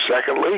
secondly